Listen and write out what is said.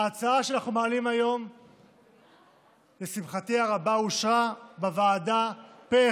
ההצעה שאנחנו מעלים היום לשמחתי הרבה אושרה פה אחד,